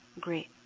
great